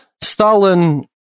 Stalin